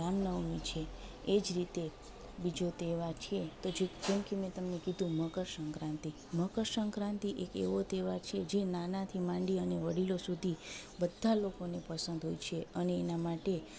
રામ નવમી છે એ જ રીતે બીજો તહેવાર છે પછી તો જે કેમ કે મેં તમને કીધું મકર સંક્રાંતિ મકર સંક્રાંતિ એક એવો તેવાર છે જે નાનાથી માંડી અને વડીલો સુધી બધા લોકોને પસંદ હોય છે અને એના માટે